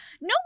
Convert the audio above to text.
No